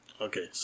Okay